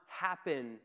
happen